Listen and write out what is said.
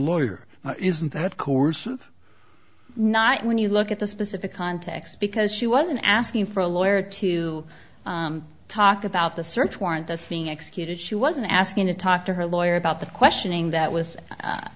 lawyer isn't that coercive not when you look at the specific context because she wasn't asking for a lawyer to talk about the search warrant that's being executed she wasn't asking to talk to her lawyer about the questioning that was